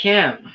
Kim